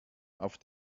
auf